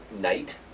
night